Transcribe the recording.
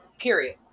period